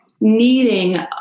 needing